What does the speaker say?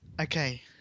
okay